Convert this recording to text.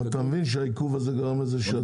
אתה מבין שהעיכוב הזה גרם לכך שהתעריף עלה ולא ירד?